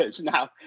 now